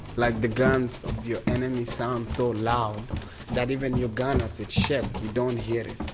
like the guns of your enemy sound so loud that even your gun as it shakes, you don't hear it.